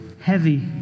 heavy